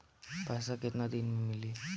पैसा केतना दिन में मिली?